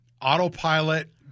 Autopilot